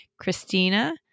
Christina